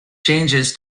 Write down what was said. changes